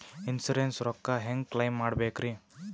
Insurance ರೊಕ್ಕ ಹೆಂಗ claim ಮಾಡ್ಬೇಕ್ರಿ?